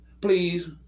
Please